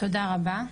תודה רבה,